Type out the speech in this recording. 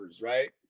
right